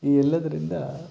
ಈ ಎಲ್ಲದರಿಂದ